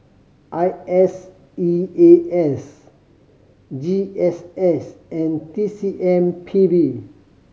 I S E A S G S S and T C M P B